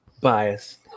Bias